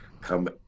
Come